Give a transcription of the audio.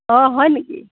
অঁ হয় নেকি